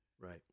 right